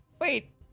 Wait